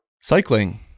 Cycling